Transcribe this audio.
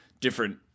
different